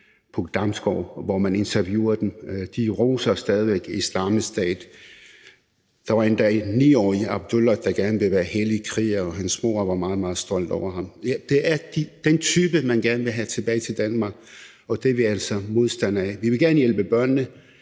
Puk Damsgård, hvor man interviewer dem. De roser stadig væk Islamisk Stat. Der var endda en 9-årig Abdullah, der gerne ville være hellig kriger, og hans mor var meget, meget stolt af ham. Det er den type, man gerne vil have tilbage til Danmark, og det er vi altså modstandere af. Vi vil gerne hjælpe børnene,